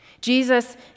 Jesus